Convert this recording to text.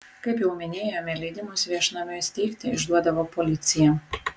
kaip jau minėjome leidimus viešnamiui steigti išduodavo policija